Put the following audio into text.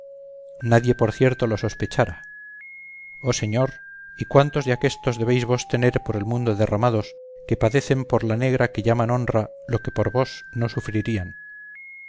nadie por cierto lo sospechara oh señor y cuántos de aquéstos debéis vos tener por el mundo derramados que padecen por la negra que llaman honra lo que por vos no sufrirían